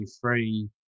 free